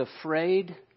afraid